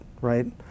right